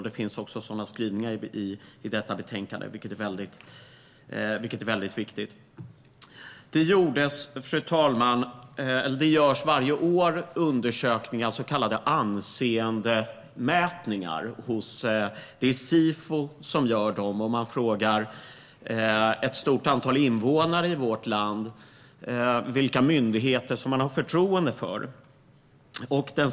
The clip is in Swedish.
Det finns också sådana skrivningar i betänkandet, vilket är väldigt viktigt. Varje år gör Sifo undersökningar, så kallade anseendemätningar, där man frågar ett stort antal invånare i vårt land vilka myndigheter som de har förtroende för.